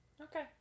Okay